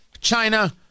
China